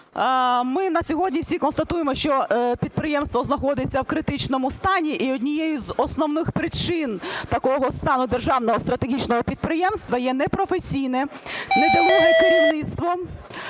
Ми на сьогодні всі констатуємо, що підприємство знаходиться в критичному стані і однією з основних причин такого стану державного стратегічного підприємства є непрофесійне, недолуге керівництво